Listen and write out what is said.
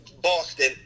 Boston